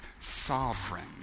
sovereign